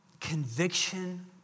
conviction